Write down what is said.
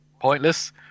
pointless